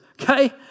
okay